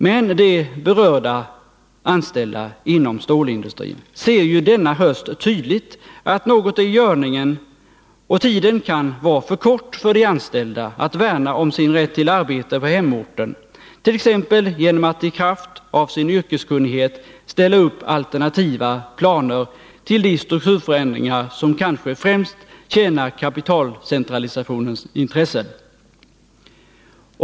Men de berörda anställda inom stålindustrin ser ju denna höst tydligt att något är i görningen, och tiden kan vara för kort för de anställda att värna om sin rätt till arbete på hemorten, t.ex. genom att i kraft av sin yrkeskunnighet ställa upp alternativa planer till de strukturförändringar som kanske främst tjänar kapitalcentralisationens intressen.